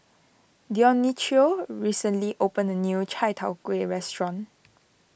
Dionicio recently opened a new Chai Tow Kway restaurant